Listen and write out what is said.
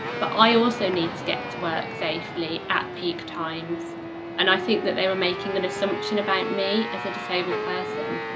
but i also need to get to work safely at peak times and i think that they were making an assumption about me as a disabled person.